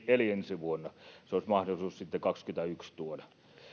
eli ensi vuonna se olisi mahdollista sitten kaksituhattakaksikymmentäyksi tuoda